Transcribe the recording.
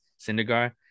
Syndergaard